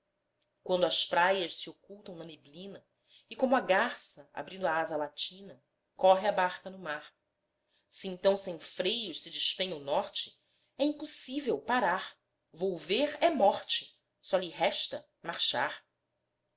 quando as praias se ocultam na neblina e como a garça abrindo a asa latina corre a barca no mar se então sem freios se despenha o norte é impossível parar volver é morte só lhe resta marchar